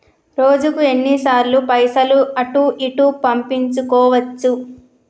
రోజుకు ఎన్ని సార్లు పైసలు అటూ ఇటూ పంపించుకోవచ్చు?